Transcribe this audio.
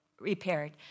repaired